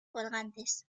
colgantes